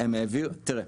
הם העבירו --- תראה,